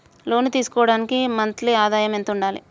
లోను తీసుకోవడానికి మంత్లీ ఆదాయము ఎంత ఉండాలి?